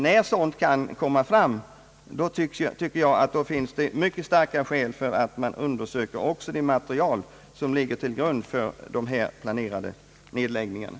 När sådant förekommer tycker jag att det finns mycket starka skäl för att man undersöker också det material som ligger till grund för de planerade nedläggningarna.